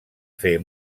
fer